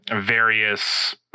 various